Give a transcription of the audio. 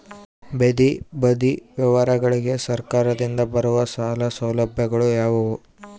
ಬೇದಿ ಬದಿ ವ್ಯಾಪಾರಗಳಿಗೆ ಸರಕಾರದಿಂದ ಬರುವ ಸಾಲ ಸೌಲಭ್ಯಗಳು ಯಾವುವು?